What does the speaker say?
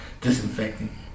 Disinfecting